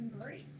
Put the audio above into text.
great